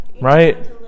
Right